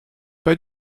pas